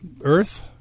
Earth